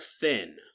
thin